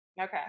Okay